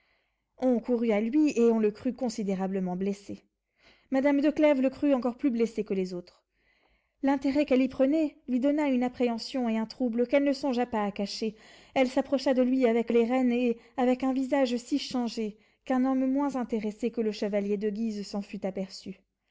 on courut à lui et on le crut considérablement blessé madame de clèves le crut encore plus blessé que les autres l'intérêt qu'elle y prenait lui donna une appréhension et un trouble qu'elle ne songea pas à cacher elle s'approcha de lui avec les reines et avec un visage si changé qu'un homme moins intéressé que le chevalier de guise s'en fût aperçu